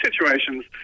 situations